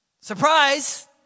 Surprise